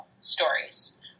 stories